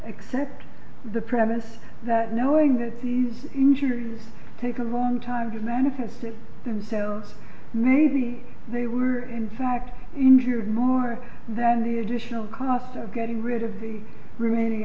accept the premise that knowing that these injuries take a long time to manifest themselves maybe they were in fact injured more than the additional cost of getting rid of the remaining